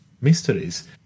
mysteries